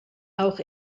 auch